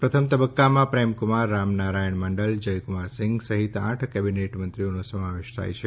પ્રથમ તબક્કામાં પ્રેમકુમાર રામનારાયણ માંડલ જયકુમાર સિંઘ સહિત આઠ કેબીનેટ મંત્રીઓનો સમાવેશ થાય છે